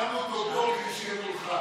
הם שמו אותו פה כדי שיהיה מולך,